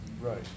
Right